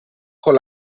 con